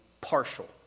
partial